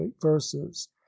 verses